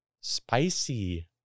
spicy